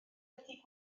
ydy